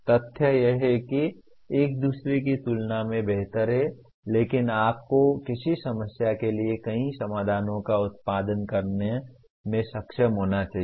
तथ्य यह है कि एक दूसरे की तुलना में बेहतर है लेकिन आपको किसी समस्या के लिए कई समाधानों का उत्पादन करने में सक्षम होना चाहिए